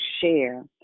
share